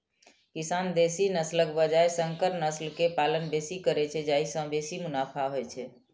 किसान देसी नस्लक बजाय संकर नस्ल के पालन बेसी करै छै, जाहि सं बेसी मुनाफा होइ छै